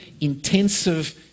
intensive